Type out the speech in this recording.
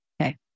Okay